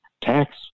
Tax